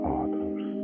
others